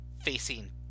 Facing